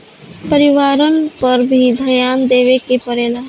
परिवारन पर भी ध्यान देवे के परेला का?